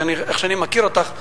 איך שאני מכיר אותך,